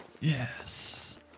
Yes